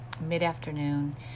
mid-afternoon